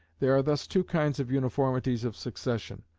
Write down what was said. there are thus two kinds of uniformities of succession,